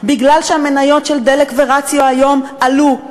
בגלל שהמניות של "דלק" ו"רציו" עלו היום,